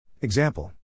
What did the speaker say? example